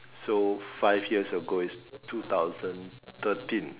so five years ago is two thousand thirteen